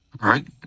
right